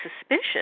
suspicious